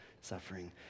suffering